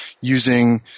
using